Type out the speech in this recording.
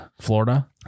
Florida